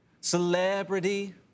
celebrity